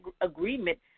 agreement